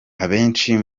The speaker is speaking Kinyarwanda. abenshi